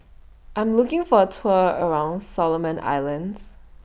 I Am looking For A Tour around Solomon Islands